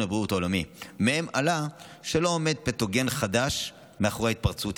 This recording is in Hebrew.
הבריאות העולמי שמהם עלה שלא עומד פתוגן חדש מאחורי ההתפרצות,